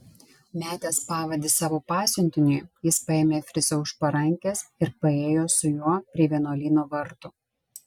metęs pavadį savo pasiuntiniui jis paėmė fricą už parankės ir paėjo su juo prie vienuolyno vartų